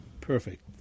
Perfect